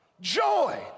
joy